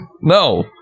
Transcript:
No